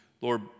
Lord